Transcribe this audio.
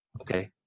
okay